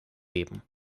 geben